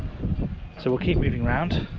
so we'll keep moving around,